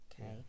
okay